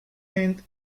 end